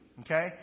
Okay